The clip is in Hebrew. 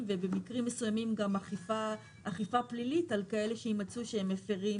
כרגע כפי שהחוק מנוסח,